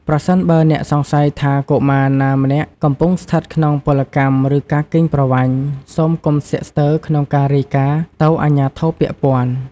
ប្រសិនបើអ្នកសង្ស័យថាកុមារណាម្នាក់កំពុងស្ថិតក្នុងពលកម្ម ឬការកេងប្រវ័ញ្ច សូមកុំស្ទាក់ស្ទើរក្នុងការរាយការណ៍ទៅអាជ្ញាធរពាក់ព័ន្ធ។